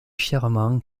fièrement